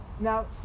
Now